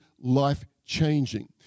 life-changing